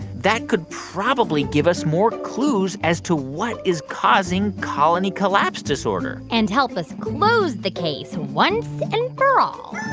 that could probably give us more clues as to what is causing colony collapse disorder and help us close the case once and for all